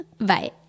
Bye